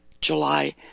July